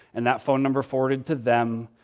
and that phone number forwarded to them,